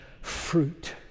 fruit